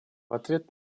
ответ